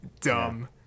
dumb